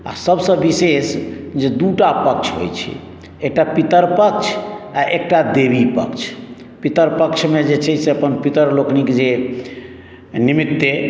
आओर सबसँ विशेष जे दू टा पक्ष होइ छै एकटा पितरपक्ष आओर एकटा देवीपक्ष पितरपक्षमे जे छै से अपन पितर लोकनिक जे निमित्ते